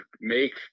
make